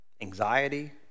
anxiety